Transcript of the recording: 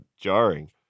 jarring